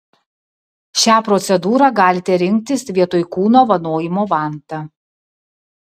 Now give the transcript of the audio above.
šią procedūrą galite rinktis vietoj kūno vanojimo vanta